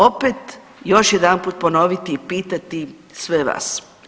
Opet još jedanput ponoviti i pitati sve vas.